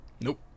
Nope